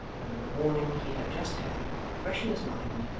and with the warning he had just had, fresh in his mind,